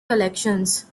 collections